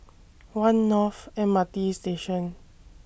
one North M R T Station